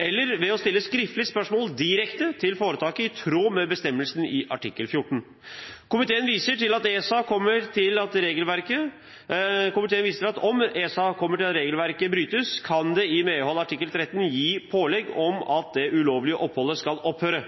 eller ved å stille skriftlige spørsmål direkte til foretaket i tråd med bestemmelsene i artikkel 14. Komiteen viser til at om ESA kommer til at regelverket brytes, kan det i medhold av artikkel 13 gis pålegg om at det ulovlige oppholdet skal opphøre.